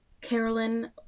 Carolyn